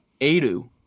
Adu